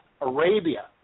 Arabia